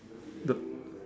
the